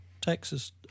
Texas